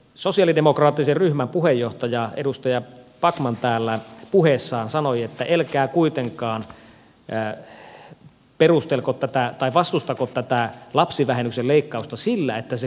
sosialidemokraattisen ryhmän puheenjohtaja edustaja backman täällä puheessaan sanoi että älkää kuitenkaan vastustako tätä lapsivähennyksen leikkausta sillä että se kohdistuu väärin